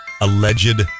alleged